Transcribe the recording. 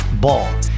Ball